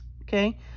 Okay